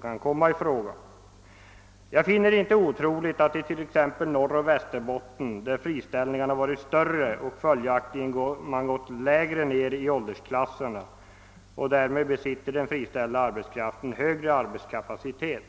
Jag finner inte denna siffra otrolig i t.ex. Norroch Västerbotten, där friställningarna varit större och följaktligen gått lägre ned i åldersklasserna. Därmed besitter ju den friställda arbetskraften högre arbetskapacitet.